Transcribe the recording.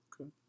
Okay